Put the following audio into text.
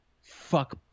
Fuck